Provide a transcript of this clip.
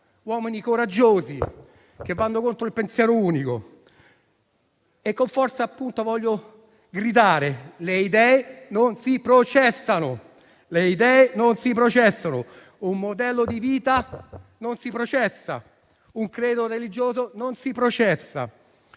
uomini coraggiosi, che vanno contro il pensiero unico. E con forza, appunto, voglio gridare: le idee non si processano, un modello di vita non si processa, un credo religioso non si processa.